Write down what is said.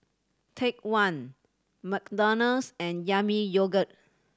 Take One McDonald's and Yami Yogurt